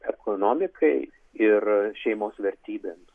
ekonomikai ir šeimos vertybėms